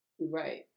Right